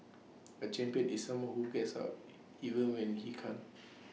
A champion is someone who gets up even when he can't